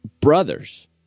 Brothers